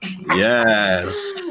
Yes